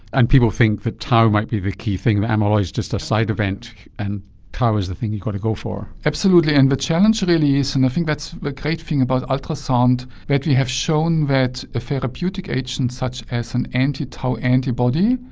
and people think that tau might be the key thing, that amyloid is just a side event and tau is the thing you've got to go for. absolutely. and the challenge really is, and i think that's the great thing about ultrasound, that we have shown that a therapeutic agent such as an anti-tau antibody,